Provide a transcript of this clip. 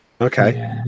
Okay